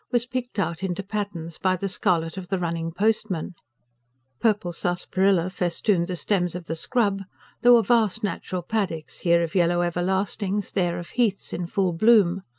was picked out into patterns by the scarlet of the running postman purple sarsaparilla festooned the stems of the scrub there were vast natural paddocks, here of yellow everlastings, there of heaths in full bloom.